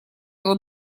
его